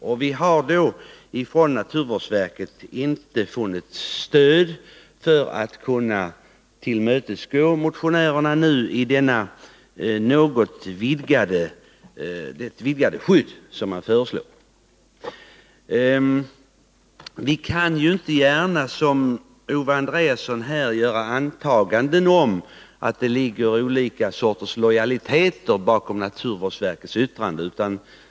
Naturvårdsverket har inte gett oss något stöd för att kunna tillmötesgå motionärerna i deras önskan att fridlysa duvhöken. Vi kan ju inte gärna, såsom Owe Andréasson, göra antaganden om att det ligger olika lojaliteter bakom naturvårdsverkets yttrande.